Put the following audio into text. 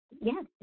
Yes